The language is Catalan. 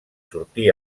sortí